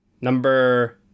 Number